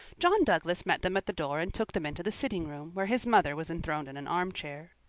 john douglas met them at the door and took them into the sitting-room, where his mother was enthroned in an armchair.